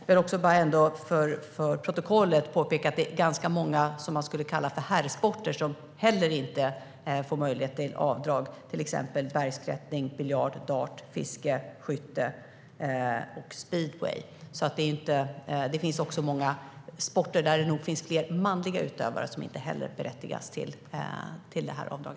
Jag vill dock för protokollets skull påpeka att det är ganska många vad man skulle kunna kalla för herrsporter som inte heller får möjlighet till avdrag, till exempel bergsklättring, biljard, dart, fiske, skytte och speedway. Det finns alltså många sporter där det nog finns fler manliga utövare som inte heller berättigar till avdrag.